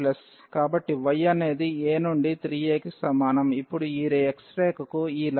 కాబట్టి y అనేది a నుండి 3a కి సమానం ఇప్పుడు ఈ x రేఖకు ఈ లైన్